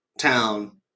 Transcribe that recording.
Town